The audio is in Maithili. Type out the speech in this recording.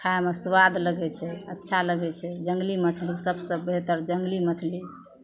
खाइमे सुआद लगै छै अच्छा लगै छै जङ्गली मछली सबसे बेहतर जङ्गली मछली